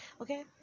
okay